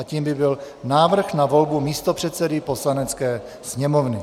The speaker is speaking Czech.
Tím by byl návrh na volbu místopředsedy Poslanecké sněmovny.